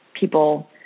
people